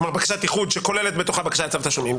כלומר בקשת איחוד שכוללת בתוכה בקשה לצו תשלומים,